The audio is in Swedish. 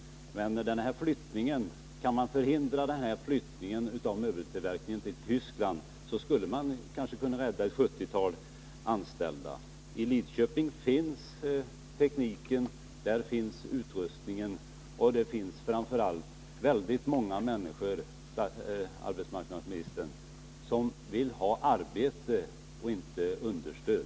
Men kan man förhindra flyttningen av möbeltillverkningen till Tyskland, skulle man kanske kunna rädda ett 70-tal anställda. I Lidköping finns tekniken, där finns utrustningen och där finns framför allt väldigt många människor, arbetsmarknadsministern, som vill ha arbete och inte understöd.